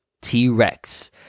T-Rex